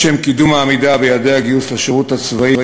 לשם קידום העמידה ביעדי הגיוס לשירות הצבאי